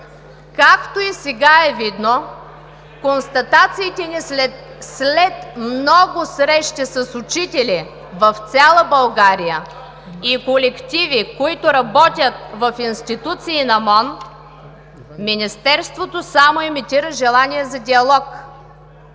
Както и сега е видно, констатациите ни след много срещи с учители и колективи в цяла България, които работят в институции на МОН, Министерството само имитира желание за диалог.